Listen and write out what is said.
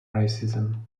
racism